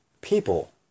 people